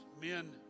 Men